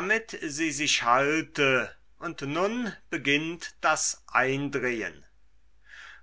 damit sie sich halte und nun beginnt das eindrehen